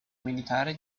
militare